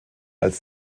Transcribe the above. als